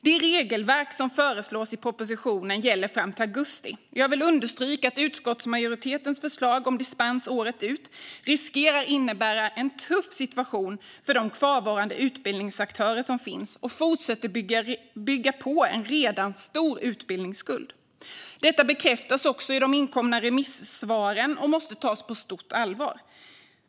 Det regelverk som föreslås i propositionen gäller fram till augusti. Jag vill understryka att utskottsmajoritetens förslag om dispens året ut riskerar att innebära en tuff situation för de kvarvarande utbildningsaktörer som finns och fortsätter att bygga på en redan stor utbildningsskuld. Detta bekräftas också i de inkomna remissvaren och måste tas på stort allvar.